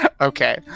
Okay